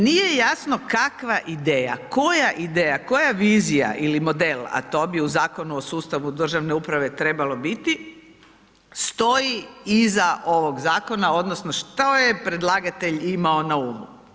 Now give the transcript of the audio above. Nije jasno kakva ideja, koja ideja, koja vizija ili model, a to bi u Zakonu o sustavu državne uprave trebalo biti, stoji iza ovog zakona, odnosno što je predlagatelj imao na umu?